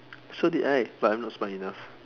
so did I but I'm not smart enough